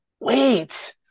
Wait